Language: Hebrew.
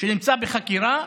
שנמצא בחקירה,